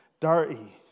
dirty